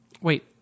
Wait